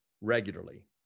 regularly